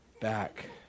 back